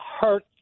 hurt